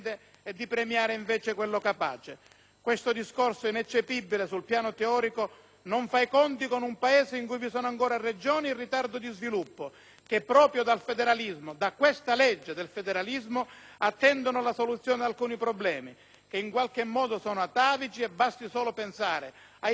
Questo discorso, ineccepibile sul piano teorico, non fa i conti con un Paese in cui vi sono ancora Regioni in ritardo di sviluppo, che proprio dal federalismo, da questa legge sul federalismo, attendono la soluzione ad alcuni problemi, che in qualche modo sono atavici (basti solo pensare ai trasporti o alla sanità nel Mezzogiorno).